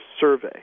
survey